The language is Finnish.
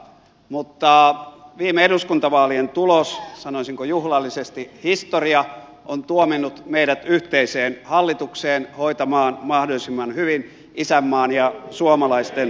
mutta viime eduskuntavaalien tulos sanoisinko juhlallisesti historia on tuominnut meidät yhteiseen hallitukseen hoitamaan mahdollisimman hyvin isänmaan ja suomalaisten asioita